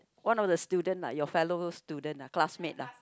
one of the student like your fellow student ah classmate ah